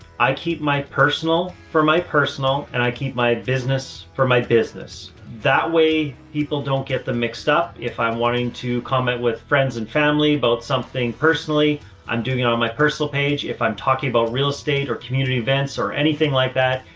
i keep my personal for my personal and i keep my business for my business. that way people don't get them mixed up. if i'm wanting to comment with friends and family about something personally i'm doing on my personal page, if i'm talking about real estate or community events or anything like that,